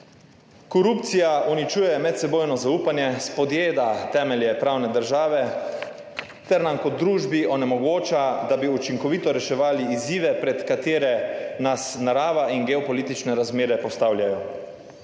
Korupcija uničuje medsebojno zaupanje, spodjeda temelje pravne države ter nam kot družbi onemogoča, da bi učinkovito reševali izzive pred katere nas narava in geopolitične razmere postavljajo.